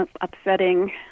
upsetting